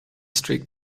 strict